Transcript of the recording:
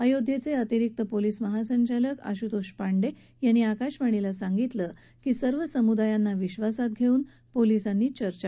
अयोध्येचे अतिरिक्त पोलीस महासंचालक आशुतोष पांडे यांनी आकाशवाणीला सांगितलं की सर्व समुदायांना विधासात घेऊन पोलिसांनी चर्चा केली आहे